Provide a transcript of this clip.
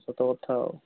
ସତକଥା ଆଉ